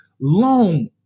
long